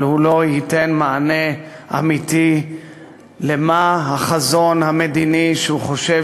אבל הוא לא ייתן מענה אמיתי לשאלה מהו החזון המדיני שהוא חושב